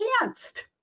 enhanced